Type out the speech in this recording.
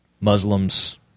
Muslims